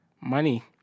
money